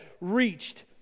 reached